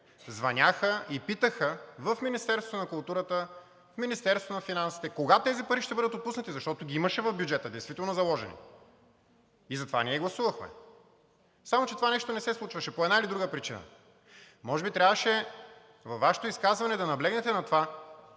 звъняха и питаха в Министерството на културата, в Министерството на финансите кога тези пари ще бъдат отпуснати, защото ги имаше действително заложени в бюджета и за това ние гласувахме. Само че това нещо не се случваше по една или друга причина. Може би трябваше във Вашето изказване да наблегнете на това,